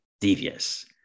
devious